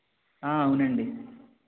ఆ అవును అండి